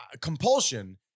compulsion